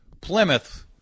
Plymouth